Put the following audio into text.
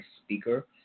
speaker